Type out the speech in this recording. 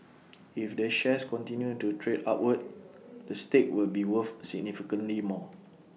if the shares continue to trade upward the stake will be worth significantly more